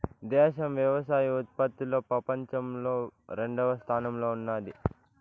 దేశం వ్యవసాయ ఉత్పత్తిలో పపంచంలో రెండవ స్థానంలో ఉన్నాది